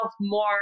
more